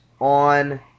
on